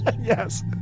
yes